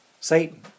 Satan